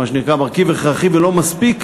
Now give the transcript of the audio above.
מה שנקרא מרכיב הכרחי ולא מספיק,